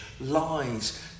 lies